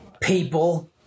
people